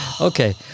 Okay